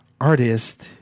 artist